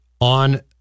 on